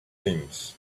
things